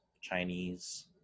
Chinese